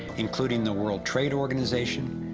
including the world trade organization,